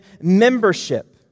membership